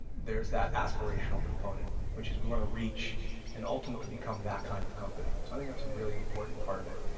there's that aspirational component, which is we want to reach and ultimately become that kind of company. i think that's a really important part of it.